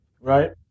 Right